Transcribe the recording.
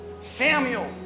Samuel